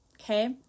okay